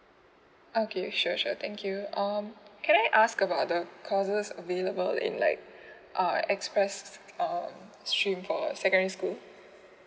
okay sure sure thank you um can I ask about the courses available in like uh express uh stream for secondary school